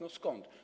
No skąd?